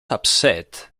upset